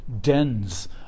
dens